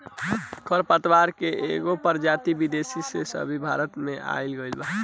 खर पतवार के कएगो प्रजाति विदेश से भी भारत मे आ गइल बा